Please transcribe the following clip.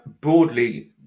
Broadly